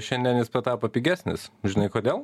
šiandien jis tapo pigesnis žinai kodėl